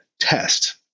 test